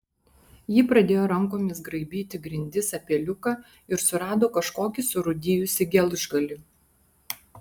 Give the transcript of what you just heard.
ji pradėjo rankomis graibyti grindis apie liuką ir surado kažkokį surūdijusį gelžgalį